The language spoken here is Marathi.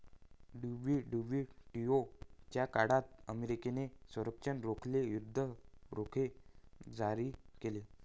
डब्ल्यू.डब्ल्यू.टी.ओ च्या काळात अमेरिकेने संरक्षण रोखे, युद्ध रोखे जारी केले